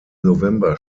november